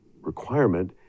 requirement